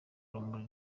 urumuri